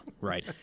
right